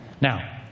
Now